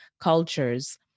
cultures